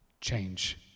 Change